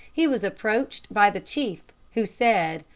he was approached by the chief, who said,